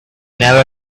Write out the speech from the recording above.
never